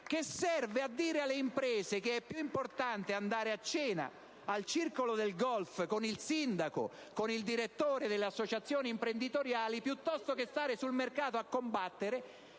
serve a dire alle imprese che è più importante andare a cena al circolo del golf con il sindaco, con il direttore delle associazioni imprenditoriali, piuttosto che stare sul mercato a combattere,